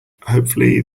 hopefully